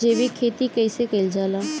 जैविक खेती कईसे कईल जाला?